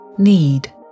Need